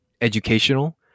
educational